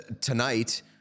tonight